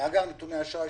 מאגר נתוני אשראי,